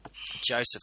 Joseph